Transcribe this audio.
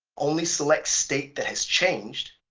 only select state that has changed,